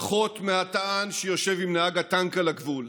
פחות מהטען שיושב עם נהג הטנק על הגבול.